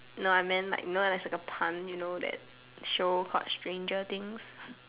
no I meant like no as like a pun you know that show stranger things